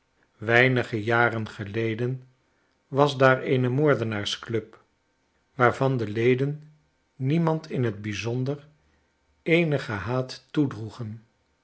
weinige jaren geleden was daar eene moordenaars club waarvan de leden niemand in het bijzonder eenigen haat